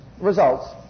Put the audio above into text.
results